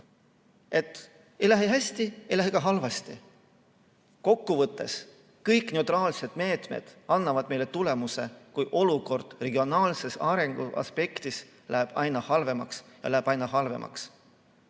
ei lähe hästi, aga ei lähe ka halvasti. Kokkuvõttes kõik need meetmed annavad meile tulemuse, kuid olukord regionaalse arengu aspektis läheb aina halvemaks ja halvemaks.